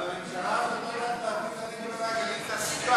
אבל הממשלה הזאת לא יודעת להביא לנגב ולגליל תעסוקה.